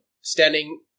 standing